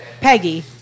Peggy